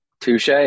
Touche